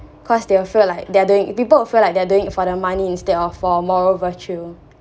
cause they'll feel like they're doing people feel like they're doing it for the money instead of for moral virtue